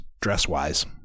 dress-wise